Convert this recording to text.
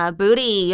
,Booty